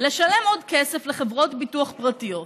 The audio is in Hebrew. לשלם עוד כסף לחברות ביטוח פרטיות.